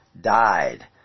died